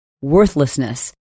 worthlessness